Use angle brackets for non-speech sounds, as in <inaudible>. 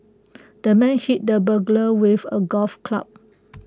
<noise> the man hit the burglar with A golf club